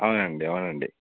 అవునండి అవునండి